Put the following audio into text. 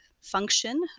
function